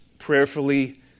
prayerfully